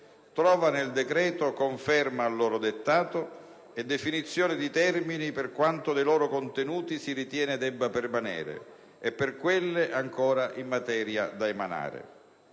trova nel decreto conferma al loro dettato e definizione di termini per quanto dei loro contenuti si ritiene debba permanere e per quelle in materia ancora da emanare.